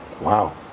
Wow